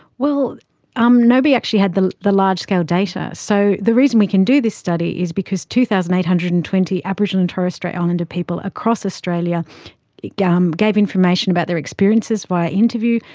well um nobody actually had the the large-scale data, so the reason we can do this study is because two thousand eight hundred and twenty aboriginal and torres strait islander people across australia gave um gave information about their experiences via interview.